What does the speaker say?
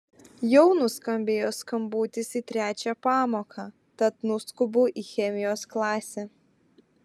jau nuskambėjo skambutis į trečią pamoką tad nuskubu į chemijos klasę